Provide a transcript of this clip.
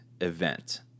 event